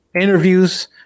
interviews